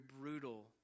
brutal